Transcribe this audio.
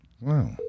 Wow